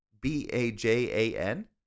B-A-J-A-N